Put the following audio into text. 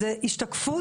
זו השתקפות.